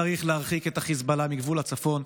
צריך להרחיק את חיזבאללה מגבול הצפון.